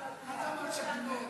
אינו נוכח, חבר הכנסת יואל חסון,